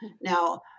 Now